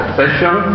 session